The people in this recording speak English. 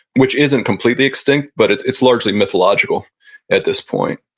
which isn't completely extinct, but it's it's largely mythological at this point.